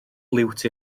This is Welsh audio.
liwt